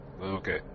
Okay